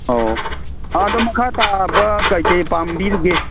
ꯑꯧ ꯑꯗꯨ ꯃꯈꯥ ꯇꯥꯕ ꯀꯔꯤ ꯀꯔꯤ ꯄꯥꯝꯕꯤꯔꯤꯒꯦ